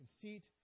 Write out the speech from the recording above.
conceit